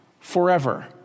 forever